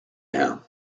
him